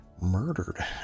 murdered